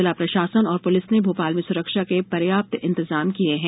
जिला प्रशासन और पुलिस ने भोपाल में सुरक्षा के पर्याप्त इंतजाम किये हैं